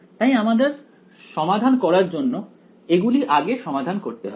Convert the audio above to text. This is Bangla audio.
তাই আমাদের সমাধান করার জন্য এগুলি আগে সমাধান করতে হবে